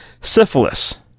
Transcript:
syphilis